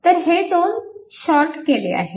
तर हे दोन शॉर्ट केले आहेत